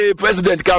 president